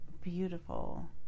beautiful